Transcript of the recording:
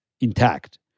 intact